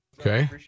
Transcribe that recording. okay